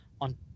on